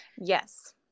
Yes